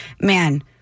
man